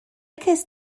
cest